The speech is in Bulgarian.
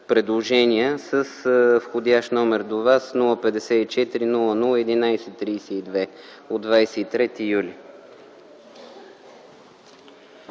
предложения с входящ номер до Вас 054-00-1132 от 23 юли